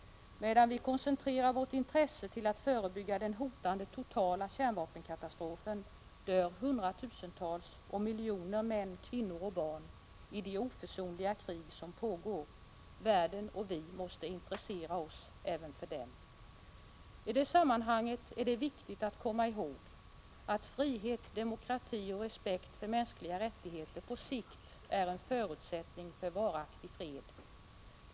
Medan vi koncentrerar vårt intresse till att förebygga den hotande totala kärnvapenkatastrofen dör hundratusentals och miljoner män, kvinnor och barn i de oförsonliga krig som pågår. Vi, liksom världen i övrigt, måste intressera oss också för dem. I det sammanhanget är det viktigt att komma ihåg att frihet, demokrati och respekt för mänskliga rättigheter på sikt är en förutsättning för varaktig fred.